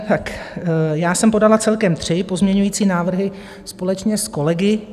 Tak já jsem podala celkem tři pozměňovací návrhy společně s kolegy.